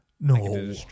No